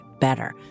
better